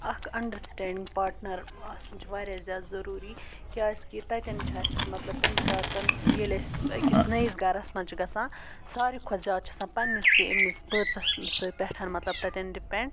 اَکھ understanding partner آسُن چھُ واریاہ زیادٕ ضروٗری کیٛازکہِ تَتیٚن چھِ اسہِ مطلب تَمہِ ساتہٕ ییٚلہِ أسۍ أکِس نٔیِس گَھرَس منٛز چھِ گژھان ساروٕے کھۄتہٕ زیادٕ چھُ آسان پَننِسٕے أمِس بٲژَس سۭ پؠٹھ مطلب تَتیٚن ڈِپیٚنٛڈ